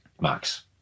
max